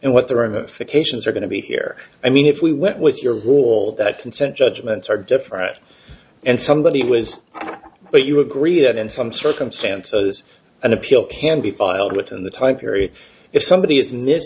and what the ramifications are going to be here i mean if we went with your rule that consent judgments are different and somebody was but you agree that in some circumstances an appeal can be filed within the time period if somebody has mi